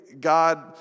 God